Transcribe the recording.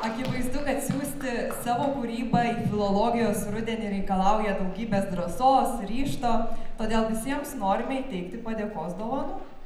akivaizdu kad siųsti savo kūrybą į filologijos rudenį reikalauja daugybės drąsos ryžto todėl visiems norime įteikti padėkos dovanų